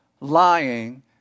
lying